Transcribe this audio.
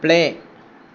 play